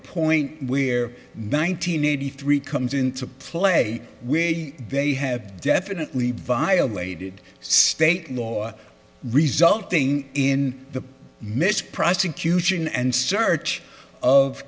point where nine hundred eighty three comes into play where they have definitely violated state law resulting in the miss prosecution and search of